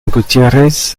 gutiérrez